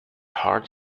heart